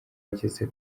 ageze